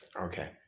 okay